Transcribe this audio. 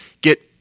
get